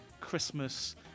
Christmas